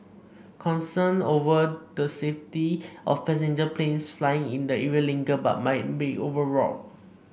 concerns over the safety of passenger planes flying in the area linger but might be overwrought